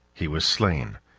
he was slain,